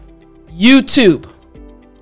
YouTube